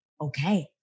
Okay